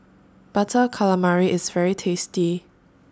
Butter Calamari IS very tasty